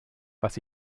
was